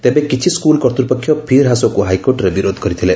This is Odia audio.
ତେବେ କିଛି ସ୍କୁଲ୍ କର୍ତ୍ରୂପକ୍ଷ ଫି' ହ୍ରାସକୁ ହାଇକୋର୍ଟରେ ବିରୋଧ କରିଥିଲେ